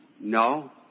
No